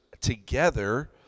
together